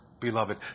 beloved